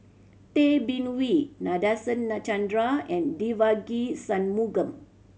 Tay Bin Wee Nadasen Chandra and Devagi Sanmugam